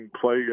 play